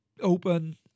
open